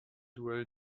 duell